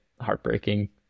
heartbreaking